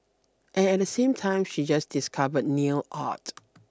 and at the same time she just discovered nail art